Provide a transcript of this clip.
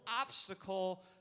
obstacle